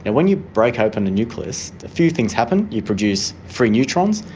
and when you break open a nucleus, a few things happen. you produce free neutrons,